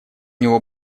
него